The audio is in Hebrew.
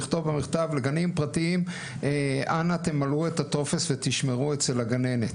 לכתוב במכתב בגנים פרטיים אנא תמלאו את הטופס ותשמרו אצל הגננת.